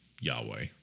Yahweh